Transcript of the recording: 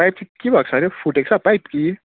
pipe चाहिँ के भएको छ रे फुटेको छ पाइप कि